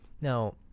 Now